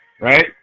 Right